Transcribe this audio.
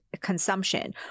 consumption